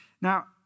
Now